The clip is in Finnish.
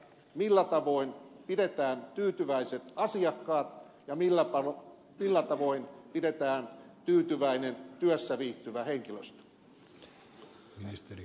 millä tavoin pidetään tyytyväiset asiakkaat ja millä tavoin pidetään tyytyväinen työssä viihtyvä henkilöstö